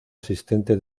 asistente